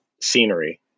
scenery